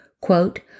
Quote